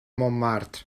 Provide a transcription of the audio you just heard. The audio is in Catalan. montmartre